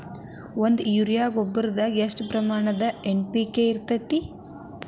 ಒಂದು ಯೂರಿಯಾ ಗೊಬ್ಬರದಾಗ್ ಎಷ್ಟ ಪ್ರಮಾಣ ಎನ್.ಪಿ.ಕೆ ಇರತೇತಿ?